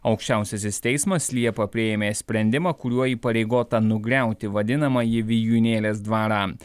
aukščiausiasis teismas liepą priėmė sprendimą kuriuo įpareigota nugriauti vadinamąjį vijūnėlės dvarą